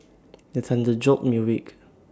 the thunder jolt me awake